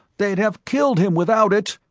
they'd have killed him without it,